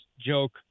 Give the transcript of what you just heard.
joke